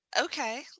Okay